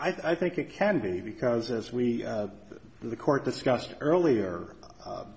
i think it can be because as we the court discussed earlier